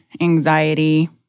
anxiety